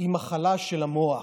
היא מחלה של המוח.